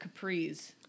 capris